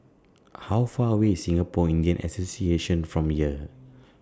How Far away IS Singapore Indian Association from here